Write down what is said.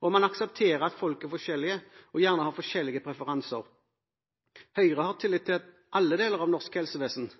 og om man aksepterer at folk er forskjellige og gjerne har forskjellige preferanser. Høyre har tillit til alle deler av norsk helsevesen,